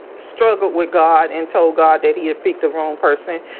struggled with god and told god that he had picked the wrong person.